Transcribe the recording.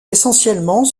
essentiellement